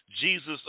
Jesus